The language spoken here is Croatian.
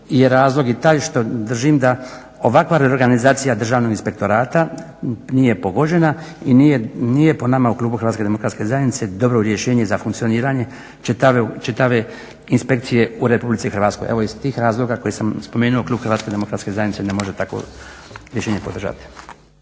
razlog je taj što držim da ovakva reorganizacija Državnog inspektorata nije pogođena i nije po nama u klubu Hrvatske demokratske zajednice dobro rješenje za funkcioniranje čitave inspekcije u Republici Hrvatskoj. Evo iz tih razloga koje sam spomenuo klub Hrvatske demokratske zajednice ne može takvo rješenje podržati.